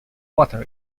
water